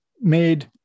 made